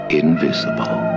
invisible